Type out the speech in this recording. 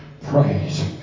praise